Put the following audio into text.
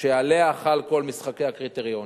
שעליה חלים כל משחקי הקריטריונים,